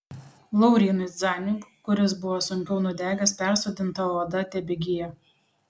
laurynui zdaniui kuris buvo sunkiau nudegęs persodinta oda tebegyja